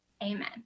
amen